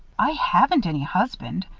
i haven't any husband,